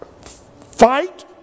fight